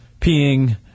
peeing